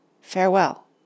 farewell